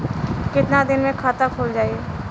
कितना दिन मे खाता खुल जाई?